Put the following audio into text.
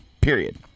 period